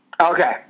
Okay